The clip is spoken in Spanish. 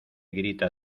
grita